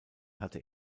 hatte